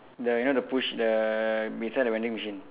the you know the push the beside the vending machine